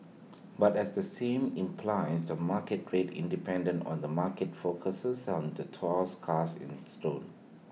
but as the same implies the market rate independent on the market focuses and the thus cast in stone